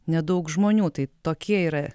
nedaug žmonių tai tokie yra